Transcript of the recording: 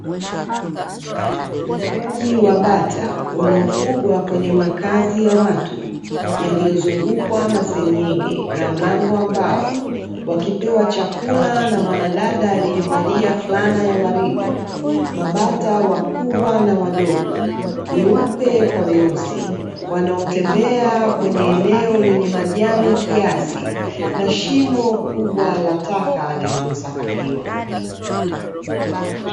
Ufugaji wa bata unaofugwa kwenye makazi ya watu yaliyozungukwa na senyenge na mlango wa mbao wakipewa chakula na mwanadada aliyevalia fulana ya waridi. Mabata wakubwa na wadogo, weupe kwa weusi, wanaotembea kwenye eneo lenye majani kiasi na shimo kubwa la taka lililosakafikiwa.